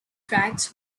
tracks